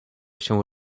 się